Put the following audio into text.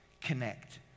Connect